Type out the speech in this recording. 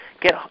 get